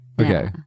Okay